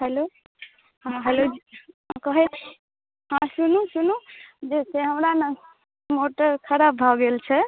hello हँ hello कहैत छी हँ सुनू सुनू जे से हमरा ने मोटर खराब भऽ गेल छै